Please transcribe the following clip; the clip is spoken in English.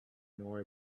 nor